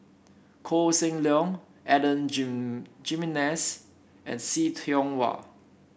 Koh Seng Leong Adan Jimenez and See Tiong Wah